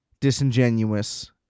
disingenuous